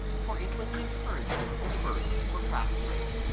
for it was an encouragement to the birds to procrastinate.